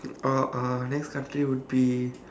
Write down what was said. oh our next country would be